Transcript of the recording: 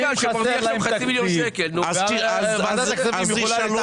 אם חסר להם תקציב ועדת הכספים יכולה